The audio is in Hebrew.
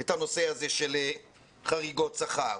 את הנושא הזה של חריגות שכר.